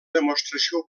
demostració